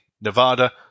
Nevada